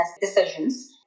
decisions